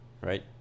right